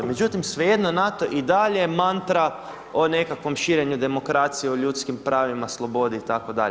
Međutim, svejedno NATO i dalje mantra o nekakvom širenju demokracije o ljudskim pravima, slobodi itd.